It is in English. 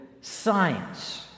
science